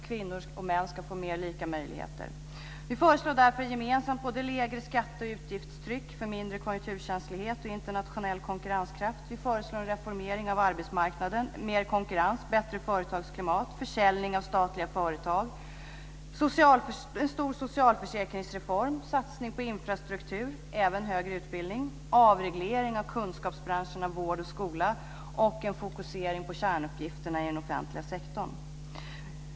Kvinnor och män ska få mer lika möjligheter. Vi föreslår därför gemensamt lägre skatte och utgiftstryck för mindre konjunkturkänslighet och internationell konkurrenskraft. Vi föreslår en reformering av arbetsmarknaden, mer konkurrens, bättre företagsklimat, försäljning av statliga företag, en stor socialförsäkringsreform, satsning på infrastruktur inklusive högre utbildning, avregleringar av kunskapsbranscherna vård och skola samt en fokusering på kärnuppgifterna i den offentliga sektorn.